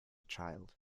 child